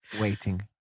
waiting